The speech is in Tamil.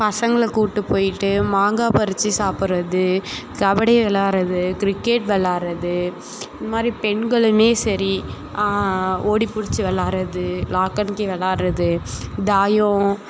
பசங்களை கூட்டு போயிட்டு மாங்காய் பறிச்சி சாப்புடுறது கபடி விளாடுறது கிரிக்கெட் விளாடுறது இந்த மாதிரி பெண்களும் சரி ஓடிபிடிச்சி விளாடுறது லாக் அண்ட் கீ விளாடுறது தாயம்